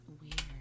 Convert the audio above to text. weird